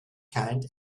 kind